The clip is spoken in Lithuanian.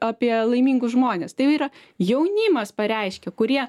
apie laimingus žmones tai yra jaunimas pareiškė kurie